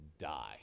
die